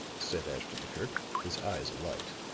said ashton-kirk, his eyes alight.